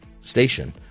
station